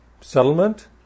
settlement